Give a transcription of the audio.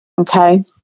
okay